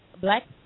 black